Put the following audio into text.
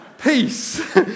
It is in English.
Peace